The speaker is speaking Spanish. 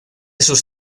sus